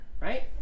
Right